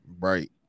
Right